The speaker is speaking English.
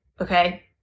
Okay